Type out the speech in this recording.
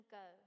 go